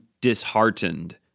disheartened